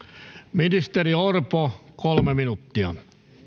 ministeri orpo kolme minuuttia